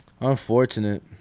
unfortunate